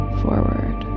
forward